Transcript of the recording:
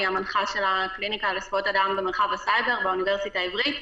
ואני המנחה של הקליניקה לזכויות אדם במרחב הסייבר באוניברסיטה העברית.